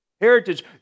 Heritage